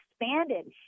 expanded